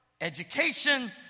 Education